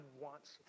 wants